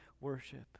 worship